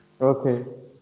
Okay